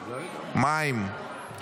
מים,